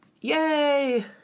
Yay